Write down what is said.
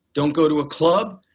don't go to a club.